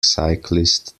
cyclist